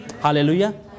hallelujah